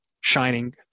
shining